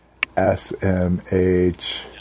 SMH